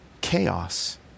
chaos